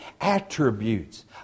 attributes